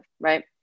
right